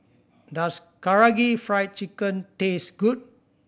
does Karaage Fried Chicken taste good